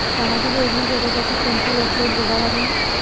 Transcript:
सामाजिक योजना शोधासाठी कोंती वेबसाईट बघा लागन?